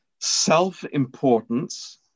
self-importance